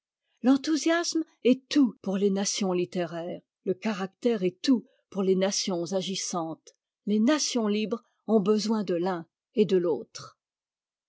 l'enthousiasme est tout pour les nations littéraires le caractère est tout pour les nations agissantes les nations libres ont besoin de l'un et de l'autre